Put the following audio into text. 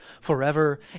forever